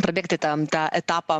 prabėgti ten tą etapą